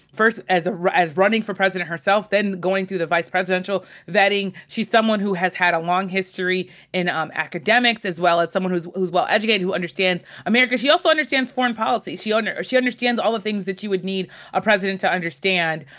first as ah as running for president herself, then going through the vice presidential vetting. she's someone who has had a long history in um academics as well as someone who's who's well-educated, who understands america. she also understands foreign policy. she and she understands all the things that you would need a president to understand.